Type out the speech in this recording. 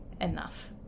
enough